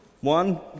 One